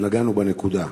נגענו בנקודה.